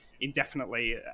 indefinitely